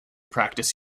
practice